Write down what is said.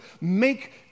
make